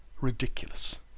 ridiculous